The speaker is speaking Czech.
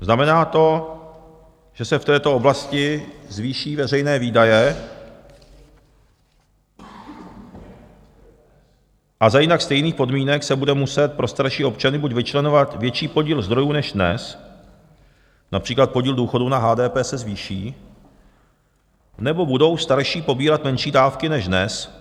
Znamená to, že se v této oblasti zvýší veřejné výdaje a za jinak stejných podmínek se bude muset pro starší občany buď vyčleňovat větší podíl zdrojů než dnes, například podíl důchodů na HDP se zvýší, nebo budou starší pobírat menší dávky než dnes.